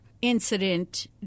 incident